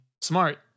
smart